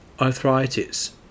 arthritis